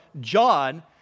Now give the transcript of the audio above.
John